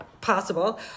possible